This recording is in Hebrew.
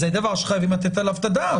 זה דבר שחייבים לתת עליו את הדעת.